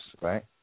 right